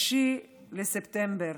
בספטמבר